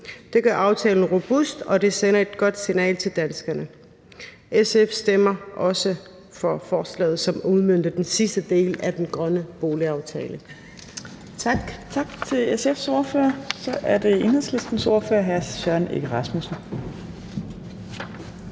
Det gør aftalen robust, og det sender et godt signal til danskerne. SF stemmer også for forslaget, som udmønter den sidste del af den grønne boligaftale. Tak. Kl. 15:46 Fjerde næstformand (Trine Torp): Tak til SF's ordfører. Så er det Enhedslistens ordfører, hr. Søren Egge Rasmussen.